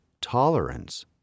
tolerance